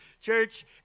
Church